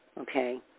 okay